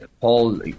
Paul